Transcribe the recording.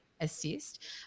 assist